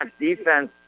defense